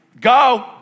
go